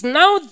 now